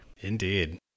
Indeed